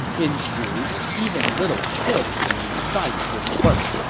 in shu, even little kids can recite this work.